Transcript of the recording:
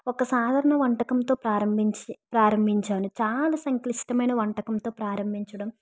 ఒక సాధారణ వంటకంతో ప్రారంభించి ప్రారంభించాను చాలా సంక్లిష్టమైన వంటకంతో ప్రారంభించడం